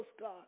God